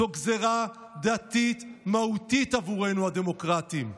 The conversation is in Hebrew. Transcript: זו גזרה דתית מהותית עבורנו הדמוקרטים.